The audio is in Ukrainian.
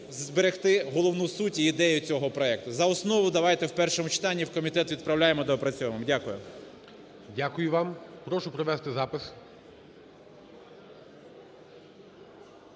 зберегти головну суть і ідею цього проекту. За основу давайте в першому читанні і в комітет відправляємо і доопрацьовуємо. Дякуємо. ГОЛОВУЮЧИЙ. Дякую вам. Прошу провести запис.